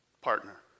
partner